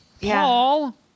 Paul